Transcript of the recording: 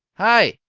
hi!